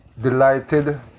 delighted